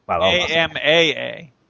A-M-A-A